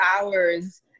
hours